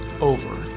over